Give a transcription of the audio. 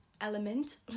element